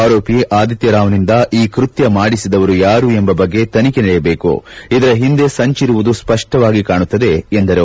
ಆರೋಪಿ ಆದಿತ್ಯ ರಾವ್ ನಿಂದ ಈ ಕೃತ್ಯ ಮಾಡಿಸಿದವರು ಯಾರು ಎಂಬ ಬಗ್ಗೆ ತನಿಖೆ ನಡೆಸಬೇಕು ಇದರ ಹಿಂದೆ ಸಂಚಿರುವುದು ಸ್ಪಷ್ಟವಾಗಿ ಕಾಣುತ್ತಿದೆ ಎಂದರು